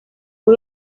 uno